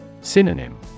Synonym